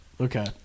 Okay